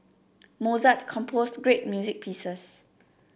Mozart composed great music pieces